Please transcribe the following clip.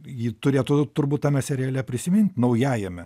jį turėtų turbūt tame seriale prisimint naujajame